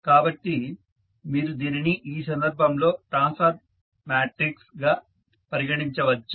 కాబట్టి మీరు దీనిని ఈ సందర్భంలో ట్రాన్స్ఫర్ మ్యాట్రిక్స్ గా పరిగణించవచ్చు